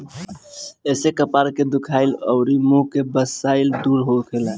एसे कपार के दुखाइल अउरी मुंह के बसाइल दूर होखेला